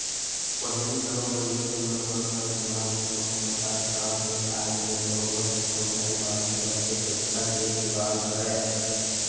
पहिली घलो मनखे मन ह घर दुवार म कोनो परकार के काम के आय ले बरोबर पइसा उधारी बाड़ही करके पइसा के जुगाड़ करय